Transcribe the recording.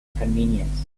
inconvenience